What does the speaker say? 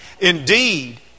Indeed